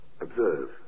observe